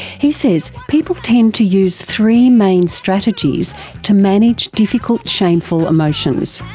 he says people tend to use three main strategies to manage difficult, shameful emotions.